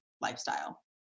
lifestyle